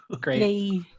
Great